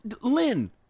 Lynn